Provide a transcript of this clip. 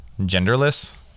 genderless